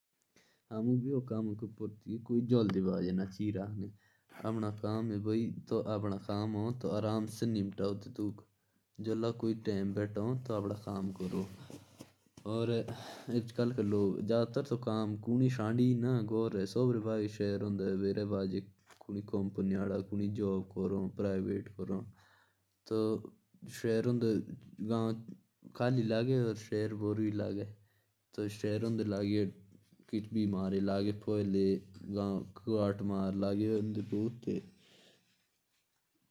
जैसे काम करे ना तो काम हमेशा ऐसा करो कि दस लोग ऐसे बोले कि हां काम किया है।